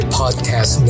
podcast